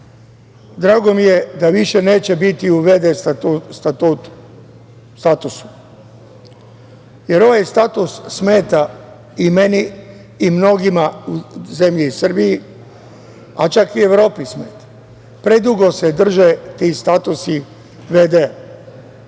drago mi je da više neće biti u v.d. statusu, jer ovaj status smeta i meni i mnogima u zemlji Srbiji, čak i Evropi smeta. Predugo se drže ti statusi v.d.